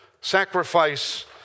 sacrifice